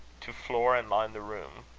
to floor and line the room,